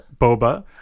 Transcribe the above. Boba